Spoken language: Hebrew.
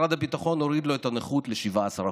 משרד הביטחון הוריד לו את הנכות ל-17%.